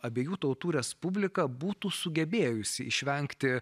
abiejų tautų respublika būtų sugebėjusi išvengti